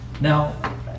Now